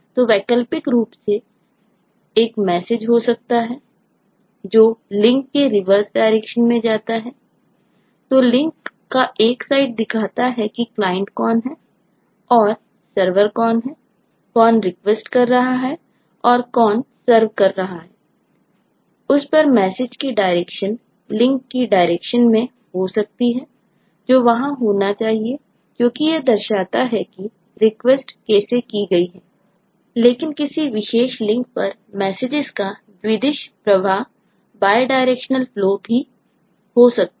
तो वैकल्पिक रूप से एक मैसेज हो सकता है जो लिंक भी हो सकता हैं